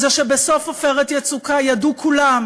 זה שבסוף "עופרת יצוקה" ידעו כולם